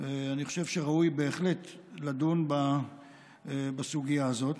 אני חושב שראוי בהחלט לדון בסוגיה הזאת.